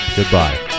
Goodbye